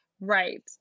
Right